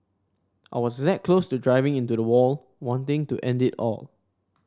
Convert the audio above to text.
I was that close to driving into the wall wanting to end it all